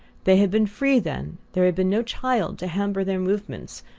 they had been free then, there had been no child to hamper their movements,